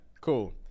Cool